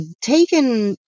taken